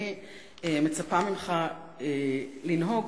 אני מצפה ממך לנהוג